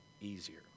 easier